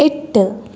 എട്ട്